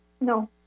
No